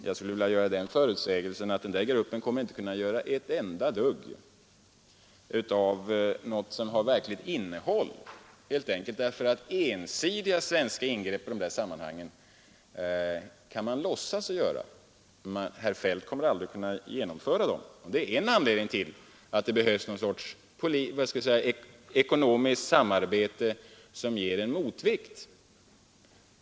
Jag vill där göra den förutsägelsen att den gruppen inte kommer att kunna uträtta ett enda dugg med verklighetsinnehåll, helt enkelt därför att man visserligen kan låtsas göra ensidiga svenska ingrepp i de sammanhangen, men man kommer aldrig att verkligen kunna åstadkomma något själv. Det är en anledning till att det behövs ett ekonomiskt samarbete som ger en motvikt.